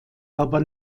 aber